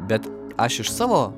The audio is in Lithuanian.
bet aš iš savo